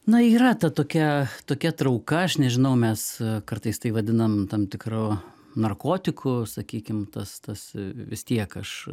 na yra ta tokia tokia trauka aš nežinau mes kartais tai vadinam tam tikru narkotiku sakykim tas tas vis tiek aš